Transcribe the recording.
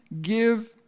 give